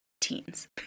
teens